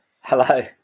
Hello